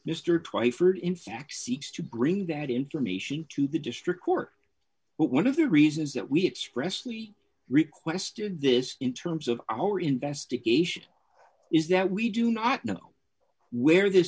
twyford in fact seeks to bring that information to the district court but one of the reasons that we express we requested this in terms of our investigation is that we do not know where this